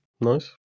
Nice